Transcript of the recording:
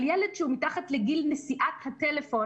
אבל ילד שהוא מתחת לגיל נשיאת טלפון